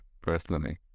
personally